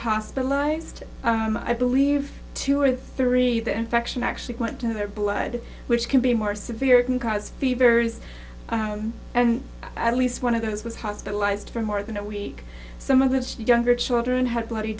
hospitalized i believe two or three the infection actually quite to their blood which can be more severe can cause fevers and at least one of those was hospitalized for more than a week some of the younger children had bloody